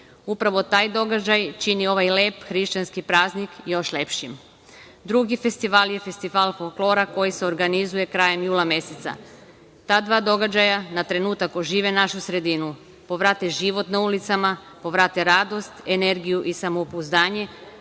Upravo taj događaj čini ovaj lep hrišćanski praznik još lepšim. Drugi festival je festival folklora koji se organizuje krajem jula meseca. Ta dva događaja na trenutak ožive našu sredinu, povrate život na ulicama, povrate radost, energiju i samopouzdanje,